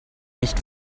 nicht